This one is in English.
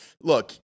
look